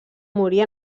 morir